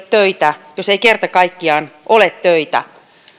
töitä jos ei kerta kaikkiaan ole töitä